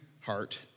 heart